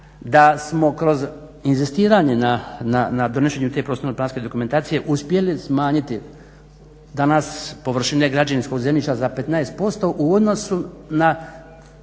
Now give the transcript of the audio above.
da smo kroz inzistiranje na donošenju te prostorno planske dokumentacije uspjeli smanjiti danas površine građevinskog zemljišta za 15% u odnosu na